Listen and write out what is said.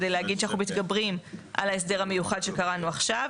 כדי להגיד שאנחנו מתגברים על ההסדר המיוחד שקראנו עכשיו.